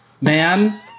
man